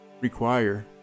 require